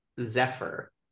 zephyr